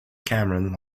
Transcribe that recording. cameron